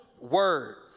words